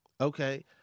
Okay